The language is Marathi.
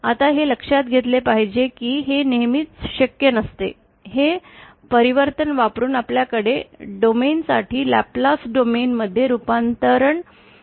आता हे लक्षात घेतले पाहिजे की हे नेहमीच शक्य नसते हे परिवर्तन वापरुन आपल्याकडे डोमेन साठी लॅपलेस डोमेन मध्ये रूपांतरण नेहमीच असू शकत नाही